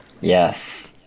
Yes